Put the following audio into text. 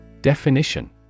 Definition